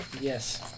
Yes